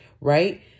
right